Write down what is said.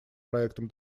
проектом